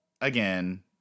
again